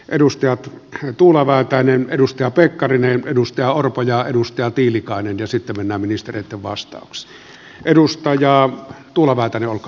edustaja tuula väätäiselle edustaja pekkariselle edustaja orvolle ja edustaja tiilikaiselle ja sitten ministereille guzenina richardson ja risikko loppupuheenvuorot